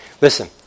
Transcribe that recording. Listen